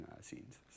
scenes